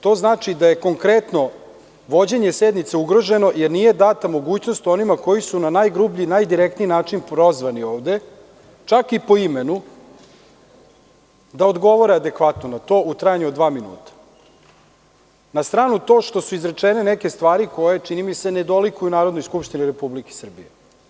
To znači da je konkretno vođenje sednice ugroženo jer nije data mogućnost onima koji su na najgrublji, najdirektniji način prozvani ovde, čak i po imenu, da odgovore adekvatno na to u trajanju od dva minuta, na stranu to što su izrečene neke stvari koje, čini mi se, ne dolikuju Narodnoj skupštini Republike Srbije.